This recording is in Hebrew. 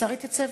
והשר יתייצב.